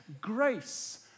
grace